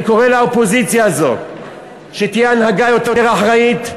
אני קורא לאופוזיציה הזאת שתהיה הנהגה יותר אחראית,